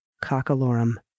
Cockalorum